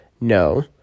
No